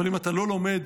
אבל אם אתה לא לומד,